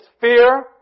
fear